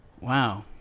Wow